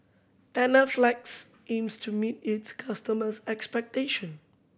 Panaflex aims to meet its customers' expectation